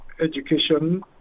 education